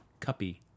Cuppy